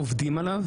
עובדים על זה,